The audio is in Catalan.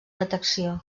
detecció